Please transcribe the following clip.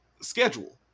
schedule